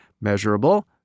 measurable